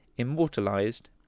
immortalized